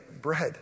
bread